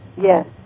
Yes